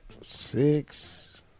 six